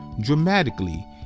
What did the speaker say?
dramatically